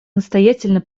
настоятельно